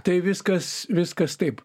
tai viskas viskas taip